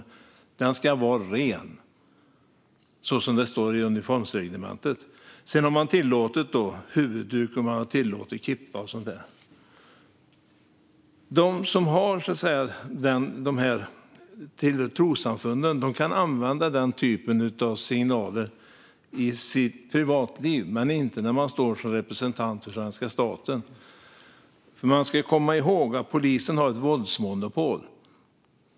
Uniformen ska vara ren, som det står i uniformsreglementet. Sedan har man tillåtit huvudduk, kippa och sådant där. De som tillhör de här trossamfunden kan använda denna typ av signaler i sitt privatliv, men inte när de står som representanter för svenska staten. Vi ska komma ihåg att polisen har ett våldsmonopol.